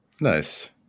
Nice